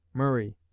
murray.